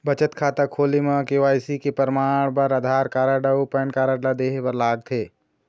बचत खाता खोले म के.वाइ.सी के परमाण बर आधार कार्ड अउ पैन कार्ड ला देहे बर लागथे